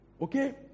Okay